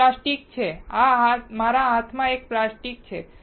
આ પ્લાસ્ટિક છે આ મારા હાથમાં એક પ્લાસ્ટિક છે